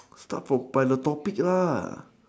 start from by the topic lah